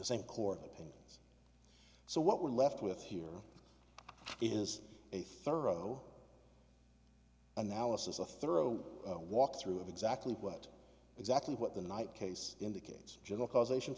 opinion so what we're left with here is a thorough analysis a thorough walkthrough of exactly what exactly what the night case indicates general causation